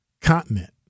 continent